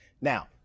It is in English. Now